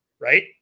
Right